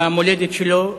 למולדת שלו,